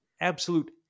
Absolute